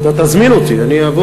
אתה תזמין אותי, אני אבוא.